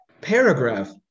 paragraph